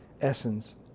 essence